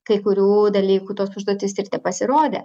kai kurių dalykų tos užduotys ir tepasirodė